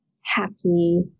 happy